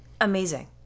Amazing